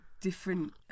different